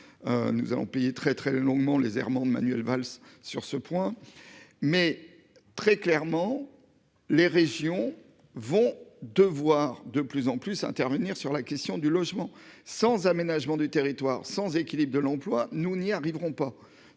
Nous allons payer très, très longuement les errements de Manuel Valls sur ce point mais très clairement. Les régions vont devoir de plus en plus intervenir sur la question du logement sans aménagement du territoire sans équilibre de l'emploi. Nous n'y arriverons pas.